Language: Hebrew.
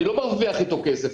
אני לא מרוויח איתו כסף,